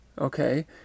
okay